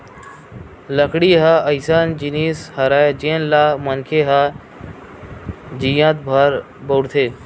लकड़ी ह अइसन जिनिस हरय जेन ल मनखे ह जियत भर बउरथे